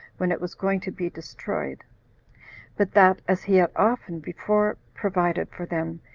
when it was going to be destroyed but that, as he had often before provided for them,